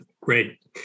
Great